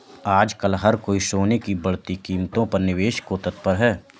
आजकल हर कोई सोने की बढ़ती कीमतों पर निवेश को तत्पर है